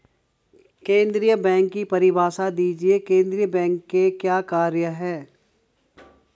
केंद्रीय बैंक की परिभाषा दीजिए केंद्रीय बैंक के क्या कार्य हैं?